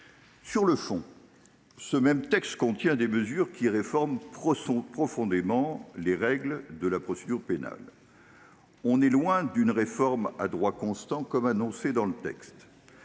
Sur le fond, ce même texte contient des mesures qui réforment profondément les règles de la procédure pénale. On est loin de la réforme à droit constant annoncée. Tel est